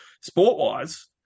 sport-wise